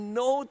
no